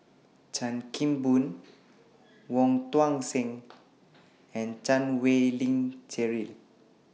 Chan Kim Boon Wong Tuang Seng and Chan Wei Ling Cheryl